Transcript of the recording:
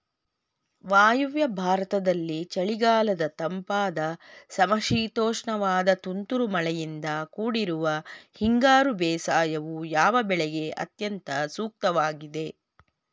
ವಾಯುವ್ಯ ಭಾರತದಲ್ಲಿ ಚಳಿಗಾಲದ ತಂಪಾದ ಸಮಶೀತೋಷ್ಣವಾದ ತುಂತುರು ಮಳೆಯಿಂದ ಕೂಡಿರುವ ಹಿಂಗಾರು ಬೇಸಾಯವು, ಯಾವ ಬೆಳೆಗೆ ಅತ್ಯಂತ ಸೂಕ್ತವಾಗಿದೆ?